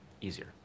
easier